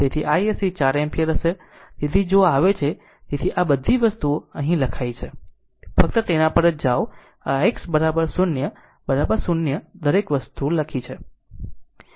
તેથી isc 4 ampere હશે તેથી જો આ આવે છે તેથી આ બધી બાબતો અહીં લખાઈ છે ફક્ત તેના પર જ જાઓ ix ' 0 ' 0 દરેક વસ્તુ લખી છે